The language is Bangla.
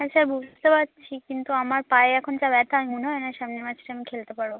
হ্যাঁ স্যার বুঝতে পারছি কিন্তু আমার পায়ে এখন যা ব্যথা আমি মনে হয় না সামনের ম্যাচটা আমি খেলতে পারবো